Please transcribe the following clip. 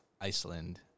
Iceland